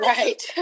Right